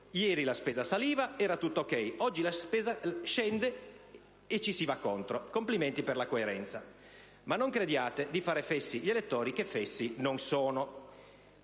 Ieri la spesa saliva ed era tutto a posto; oggi la spesa scende e ci si oppone. Complimenti per la coerenza, ma non crediate di fare fessi gli elettori, che fessi non sono!